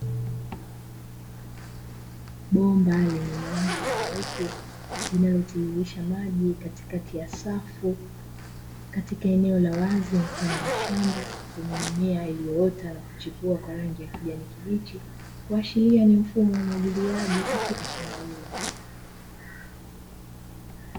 Bomba lenye rangi nyeupe, linalotiririsha maji katikati ya safu, katika eneo la wazi mfano wa shamba, lenye mimea iliyoota na kuchipua kwa rangi ya kijani kibichi, kuashiria kuwa ni mfumo wa umwagiliaji katika shamba hilo.